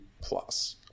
plus